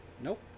Nope